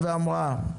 זה לכל המרבה במחיר,